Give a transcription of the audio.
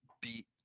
beat